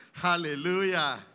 Hallelujah